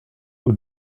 aux